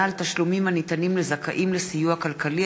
על תשלומים הניתנים לזכאים לסיוע כלכלי),